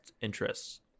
interests